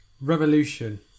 Revolution